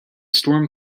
storm